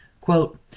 Quote